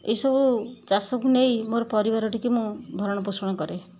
ଏସବୁ ଚାଷକୁ ନେଇ ମୋର ପରିବାରଟିକୁ ମୁଁ ଭରଣ ପୋଷଣ କରେ